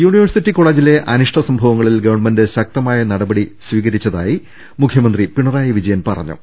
university കോളജിലെ അനിഷ്ട്ട സംഭവങ്ങളിൽ ഗവൺമെന്റ് ശക്തമായ നടപടി സ്വീകരിച്ചതായി മുഖ്യമന്ത്രി പിണ റായി വിജയൻ പറഞ്ഞു